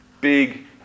big